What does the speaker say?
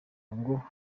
ngo